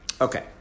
Okay